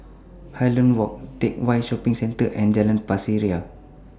Highland Walk Teck Whye Shopping Centre and Jalan Pasir Ria